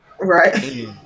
Right